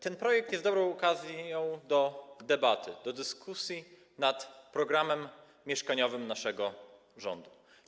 Ten projekt jest dobrą okazją do debaty, do dyskusji nad programem mieszkaniowym naszego rządu.